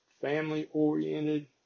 family-oriented